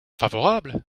favorable